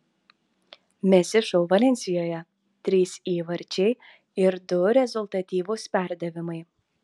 messi šou valensijoje trys įvarčiai ir du rezultatyvūs perdavimai